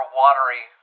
watery